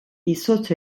izotz